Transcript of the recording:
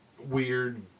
weird